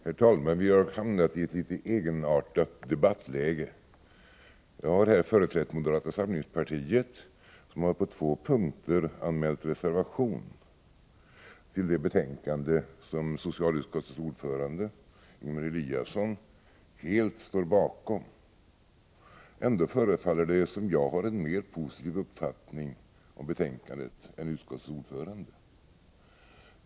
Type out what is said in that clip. Herr talman! Vi har kommit i ett något egenartat debattläge. Jag har här företrätt moderata samlingspartiet som på två punkter anmält reservation till det betänkande som socialutskottets ordförande Ingemar Eliasson helt står bakom. Ändå förefaller det som om jag har en mer positiv uppfattning om betänkandet än utskottets ordförande.